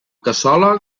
cassola